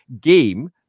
game